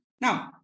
now